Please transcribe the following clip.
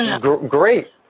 Great